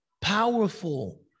powerful